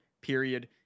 period